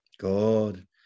god